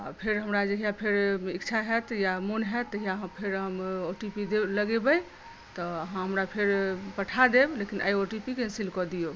आ फेर हमरा जहिया फेर हमरा इच्छा होएत या मन होएत तहिया हम फेर हम ओ टी पी लगेबै तऽ अहाँ हमरा फेर पठा देब लेकिन अहि ओ टी पी के कैन्सिल कऽ दियौ